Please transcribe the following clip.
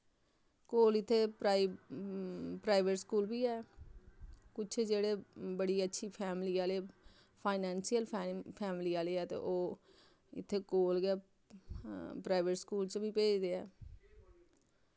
कोल इत्थै प्राई प्राईवेट स्कूल बी है कुछ जेह्ड़े बड़ी अच्छी फैमली आह्ले फाईनैंनशिअल फैमली आह्ले ऐ ते इत्थै कोल गै प्राईवेट स्कूल च बी भेजदे ऐ